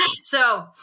So-